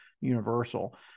universal